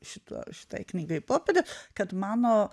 šita šitai knygai popierius kad mano